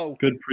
Good